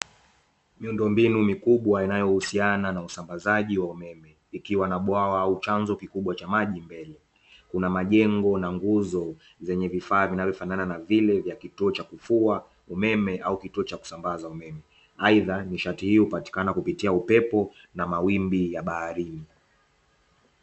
Miundombinu mikubwa inayohusiana na usambazaji wa umeme, ikiwa na bwawa au chanzo kikubwa cha maji mbele. Kuna majengo na nguzo zenye vifaa vinavyofanana na vile vya kituo cha kufua au kituo cha kusambaza umeme. Aidha nishati hii hupatikana kupitia upepo na mawimbi ya baharini.